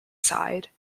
side